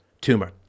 tumor